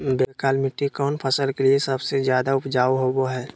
केबाल मिट्टी कौन फसल के लिए सबसे ज्यादा उपजाऊ होबो हय?